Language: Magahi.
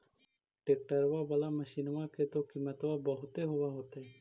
ट्रैक्टरबा बाला मसिन्मा के तो किमत्बा बहुते होब होतै?